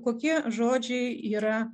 kokie žodžiai yra